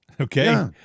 Okay